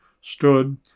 stood